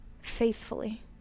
faithfully